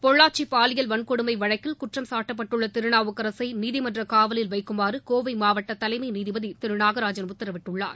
பொள்ளாச்சி பாலியல் வன்கொடுமை வழக்கில் குற்றம் சாட்டப்பட்டுள்ள திருநாவுக்கரசை நீதிமன்ற காவலில் வைக்குமாறு கோவை மாவட்ட தலைமை நீதிபதி திரு நாகராஜன் உத்தரவிட்டுள்ளார்